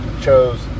chose